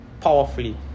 powerfully